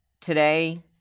today